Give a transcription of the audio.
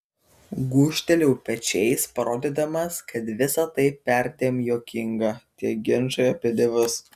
gūžtelėjau pečiais parodydamas kad visa tai perdėm juokinga tie ginčai apie dievus